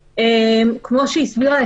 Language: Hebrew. ולכן כדי להסדיר את